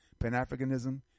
Pan-Africanism